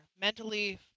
Mentally